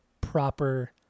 proper